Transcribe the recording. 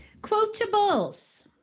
Quotables